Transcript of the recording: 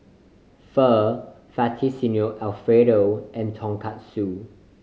Pho Fettuccine Alfredo and Tonkatsu